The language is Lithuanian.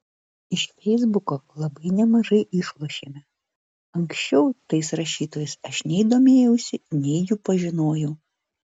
iš feisbuko labai nemažai išlošėme anksčiau tais rašytojais aš nei domėjausi nei jų pažinojau